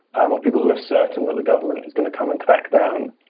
and people who are certain that the government is going to come and crack down,